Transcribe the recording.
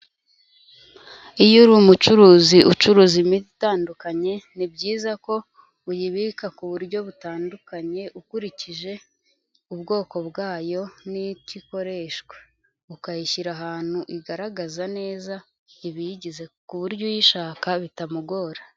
Iyo uri umucuruzi ucuruza imiti itandukanye, ni byiza ko uyibika ku buryo butandukanye, ukurikije ubwoko bwayo n'icyo ikoreshwa. Ukayishyira ahantu igaragaza neza ibiyigize ku buryo uyishaka bitamugora.